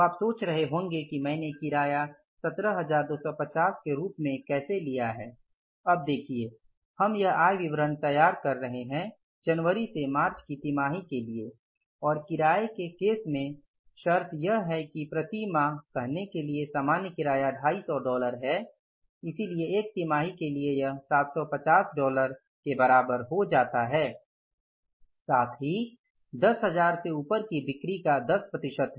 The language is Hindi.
तो अब आप सोच रहे होंगे कि मैंने किराया को 17250 के रूप में कैसे लिया है अब देखिए हम यह आय विवरण तैयार कर रहे हैं जनवरी से मार्च की तिमाही के लिए और किराए के केस में शर्त यह है कि प्रति माह कहने के लिए सामान्य किराया 250 डॉलर है इसलिए एक तिमाही के लिए यह 750 डॉलर के बराबर हो जाता है साथ ही 10000 से ऊपर की बिक्री का 10 प्रतिशत है